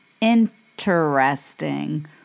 interesting